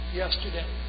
yesterday